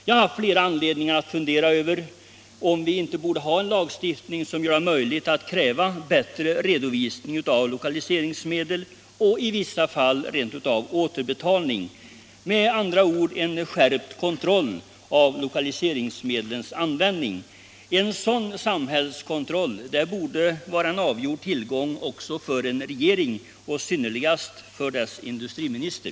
Jag har haft flera skäl att fundera över om vi inte borde ha en lagstiftning som gör det möjligt att kräva bättre redovisning av lokaliseringsmedel och i vissa fall återbetalning — med andra ord en skärpt kontroll av lokaliseringsmedlens användning. En sådan samhällskontroll borde vara en avgjord tillgång också för en regering och synnerligast för dess ekonomiminister.